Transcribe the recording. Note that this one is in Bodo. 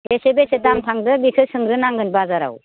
बेसे बेसे दाम थादों बेखौ सोंग्रोनांगोन बाजाराव